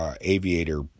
aviator